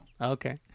Okay